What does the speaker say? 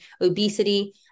obesity